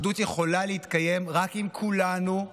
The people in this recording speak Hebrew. אחדות יכולה להתקיים רק אם כולנו,